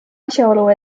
asjaolu